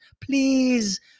please